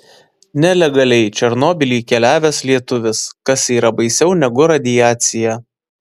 nelegaliai į černobylį keliavęs lietuvis kas yra baisiau negu radiacija